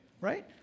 right